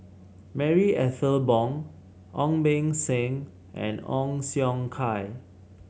Marie Ethel Bong Ong Beng Seng and Ong Siong Kai